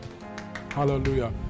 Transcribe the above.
Hallelujah